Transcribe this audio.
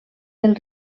del